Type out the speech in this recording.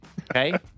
Okay